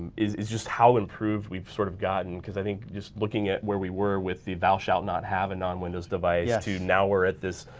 and is is just how improved we've sort of gotten cause i think just looking at where we were with the thou shall not have a non-windows device, yeah to now we're at this,